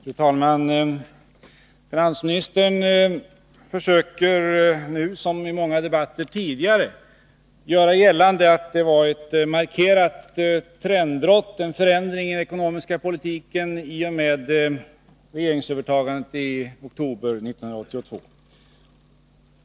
Fru talman! Finansministern försöker nu, som i många debatter tidigare, göra gällande att det blev en markerad förändring av den ekonomiska politiken i och med regeringsövertagandet i oktober 1982.